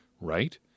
right